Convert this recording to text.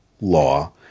law